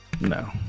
No